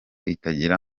itagira